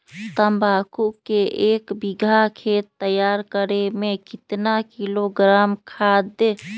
तम्बाकू के एक बीघा खेत तैयार करें मे कितना किलोग्राम खाद दे?